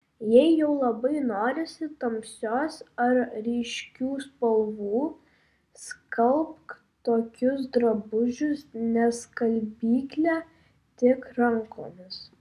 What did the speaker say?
jei jau labai norisi tamsios ar ryškių spalvų skalbk tokius drabužius ne skalbykle tik rankomis